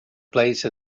place